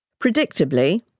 Predictably